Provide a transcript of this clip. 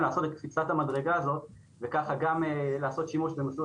לעשות את קפיצת המדרגה הזאת וככה גם לעשות שימוש במסלול